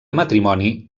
matrimoni